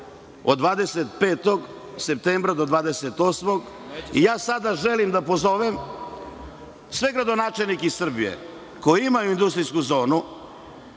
od 25. septembra do 28. septembra i sada želim da pozovem sve gradonačelnike iz Srbije, koji imaju industrijsku zonu,